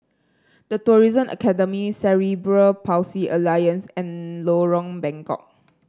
The Tourism Academy Cerebral Palsy Alliance and Lorong Bengkok